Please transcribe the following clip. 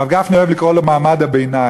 הרב גפני אוהב לקרוא לו מעמד הביניים,